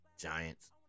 Giants